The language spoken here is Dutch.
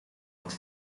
het